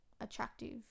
attractive